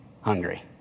hungry